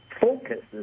focuses